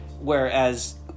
Whereas